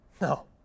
No